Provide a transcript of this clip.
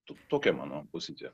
tu tokia mano pozicija